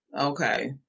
okay